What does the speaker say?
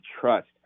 trust